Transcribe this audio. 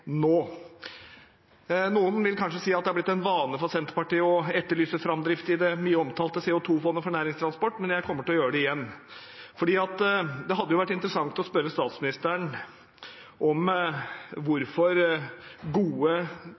nå. Noen vil kanskje si at det har blitt en vane for Senterpartiet å etterlyse framdrift i det mye omtalte CO 2 -fondet for næringstransport, men jeg kommer til å gjøre det igjen. Det hadde vært interessant å spørre statsministeren om hvorfor gode